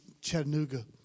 Chattanooga